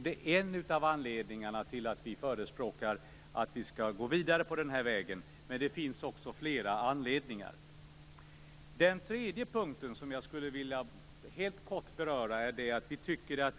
Det är en av anledningarna till att vi förespråkar att vi skall gå vidare på den här vägen, men det finns också flera andra anledningar. Den tredje punkt som jag skulle vilja beröra helt kort, är att vi tycker att